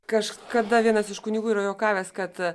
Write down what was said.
kažkada vienas iš kunigų yra juokavęs kad